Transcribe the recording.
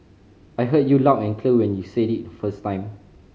I heard you loud and clear when you said it first time